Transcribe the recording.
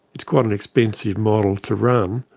it's quite an expensive model to run,